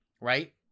right